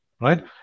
right